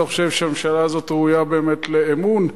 אתה חושב שהממשלה הזאת ראויה באמת לאמון?